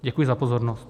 Děkuji za pozornost.